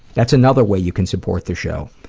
that's another way you can support the show,